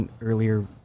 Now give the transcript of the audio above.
earlier